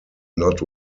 not